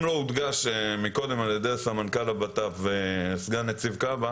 אם לא הודגש קודם על ידי סמנכ"ל הבט"פ וסגן נציב כב"ה,